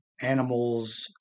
animals